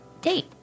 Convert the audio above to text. Date